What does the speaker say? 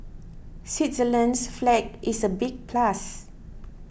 Switzerland's flag is a big plus